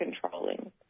controlling